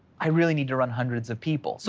i really need to run hundreds of people. so